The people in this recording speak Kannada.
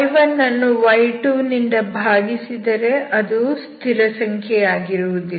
y1 ಅನ್ನು y2 ನಿಂದ ಭಾಗಿಸಿದರೆ ಅದು ಸ್ಥಿರಸಂಖ್ಯೆಯಾಗಿರುವುದಿಲ್ಲ